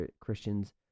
Christians